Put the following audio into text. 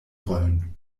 rollen